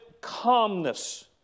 calmness